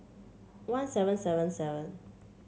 one seven seven seven